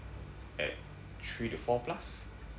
at three to four plus